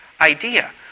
idea